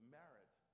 merit